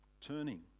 turning